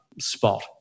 spot